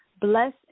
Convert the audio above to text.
Bless